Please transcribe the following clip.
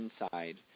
inside